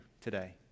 today